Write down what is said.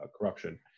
corruption